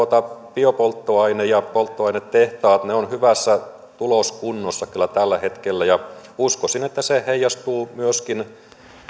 biopolttoaine ja polttoainetehtaamme ovat hyvässä tuloskunnossa tällä hetkellä ja uskoisin että se heijastuu myöskin